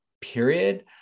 period